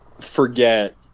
forget